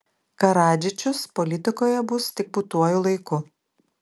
karadžičius politikoje bus tik būtuoju laiku